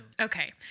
Okay